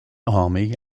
army